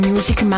Music